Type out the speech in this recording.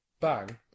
bang